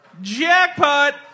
jackpot